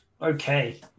Okay